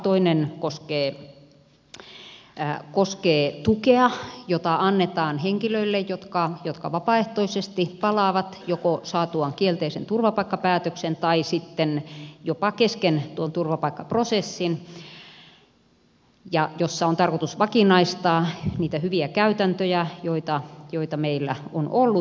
toinen koskee tukea jota annetaan henkilöille jotka vapaaehtoisesti palaavat joko saatuaan kielteisen turvapaikkapäätöksen tai sitten jopa kesken tuon turvapaikkaprosessin ja jossa on tarkoitus vakinaistaa niitä hyviä käytäntöjä joita meillä on ollut